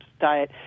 diet